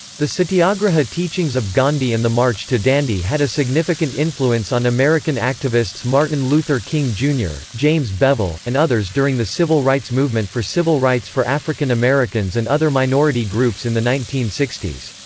the satyagraha teachings of gandhi and the march to dandi had a significant influence on american activists martin luther king jr, james bevel, and others during the civil rights movement for civil rights for african americans and other minority groups in the nineteen sixty